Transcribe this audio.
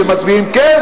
שמצביעים כן,